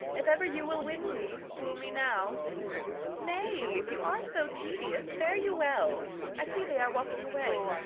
if ever you will win me, woo me now nay, if you are so tedious, fare you well i see they are walking away.